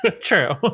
true